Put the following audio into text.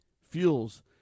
fuels